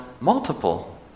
multiple